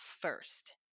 first